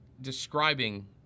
describing